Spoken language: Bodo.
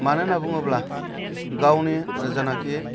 मानो होनना बुङोब्ला गावनि जेनाखि